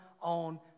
on